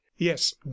yes